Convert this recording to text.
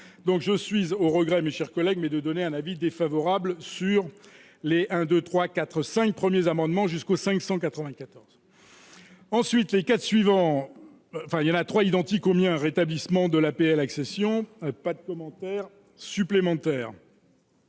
Donc, je suis au regret, mes chers collègues, mais de donner un avis défavorable sur l'et 1, 2, 3, 4, 5 premiers amendements jusqu'aux 594. Ensuite, les 4 suivants, enfin il y en a trois identique au mien, rétablissement de l'APL accession, pas de commentaire supplémentaire.